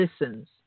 Listens